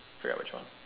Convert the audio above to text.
forget which one